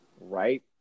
right